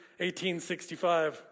1865